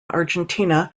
argentina